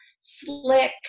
slick